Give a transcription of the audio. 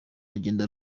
ugenda